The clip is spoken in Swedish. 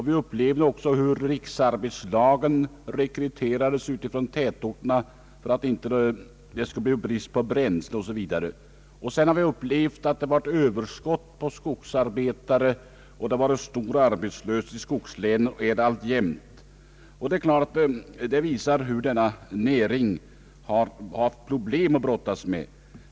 Vi upplevde också hur riksarbetslagen rekryterades från tätorterna för att det inte skulle bli brist på bränsle. Sedan har vi upplevt att det blivit överskott på skogsarbetare. Det har varit stor arbetslöshet i skogslänen och är det alltjämt. Det visar hur denna näring haft problem att brottas med.